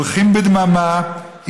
הולכים בדממה,